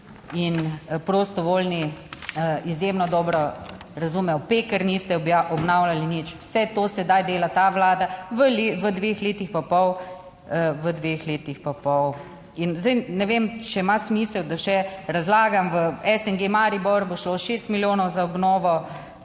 in prostovoljni izjemno dobro razumel. / nerazumljivo/ niste obnavljali nič. Vse to sedaj dela ta Vlada v dveh letih pa pol. In zdaj ne vem, če ima smisel da še razlagam, v SNG Maribor bo šlo šest milijonov za obnovo